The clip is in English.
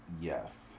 Yes